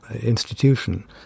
institution